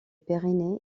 pyrénées